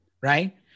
right